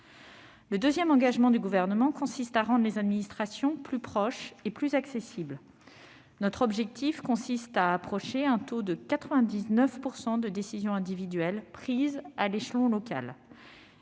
Le second engagement du Gouvernement consiste à rendre les administrations plus proches et plus accessibles. Notre objectif consiste à approcher un taux de 99 % de décisions individuelles prises à l'échelon local.